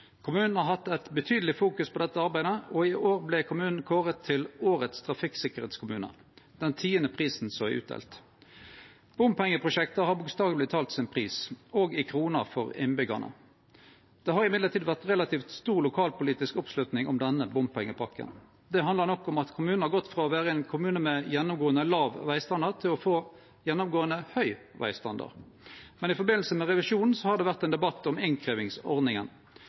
Kommunen har fokusert betydeleg på dette arbeidet, og i år vart kommunen kåra til Årets trafikksikkerhetskommune – den tiande prisen som er delt ut. Bompengeprosjektet har bokstaveleg talt sin pris – òg i kroner for innbyggjarane. Det har likevel vore relativt stor lokalpolitisk oppslutning om denne bompengepakken. Det handlar nok om at kommunen har gått frå å vere ein kommune med gjennomgåande låg vegstandard til å få gjennomgåande høg vegstandard. Men i forbindelse med revisjonen har det vore ein debatt om